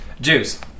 Juice